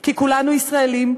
כי כולנו ישראלים,